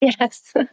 Yes